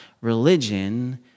religion